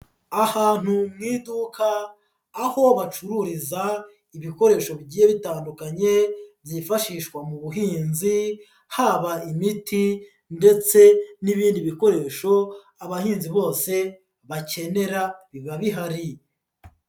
Ahantu mu iduka, aho bacururiza ibikoresho bigiye bitandukanye byifashishwa mu buhinzi, haba imiti, ndetse n'ibindi bikoresho abahinzi bose bakenera, biba bihari.